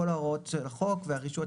כל ההוראות של החוק והרישוי,